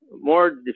more